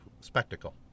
spectacle